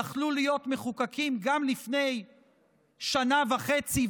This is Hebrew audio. יכלו להיות מחוקקים גם לפני שנה וחצי,